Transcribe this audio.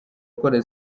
gukora